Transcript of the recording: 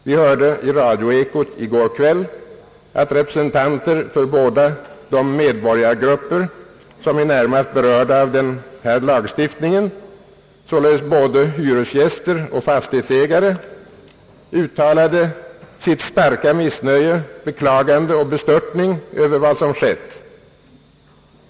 Vi hörde i radioekot i går kväll att representanter för de båda medborgargrupper som är närmast berörda av denna lagstiftning, således både hyresgäster och fastighetsägare, uttalade sitt starka missnöje, sitt beklagande och sin bestörtning över vad som har skett.